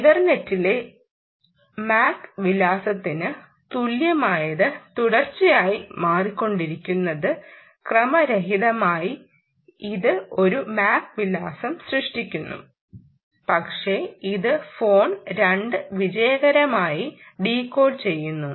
ഇഥർനെറ്റിലെ MAC വിലാസത്തിന് തുല്യമായത് തുടർച്ചയായി മാറിക്കൊണ്ടിരിക്കുന്നത് ക്രമരഹിതമായി ഇത് ഒരു MAC വിലാസം സൃഷ്ടിക്കുന്നു പക്ഷേ ഇത് ഫോൺ 2 വിജയകരമായി ഡീകോഡ് ചെയ്യുന്നു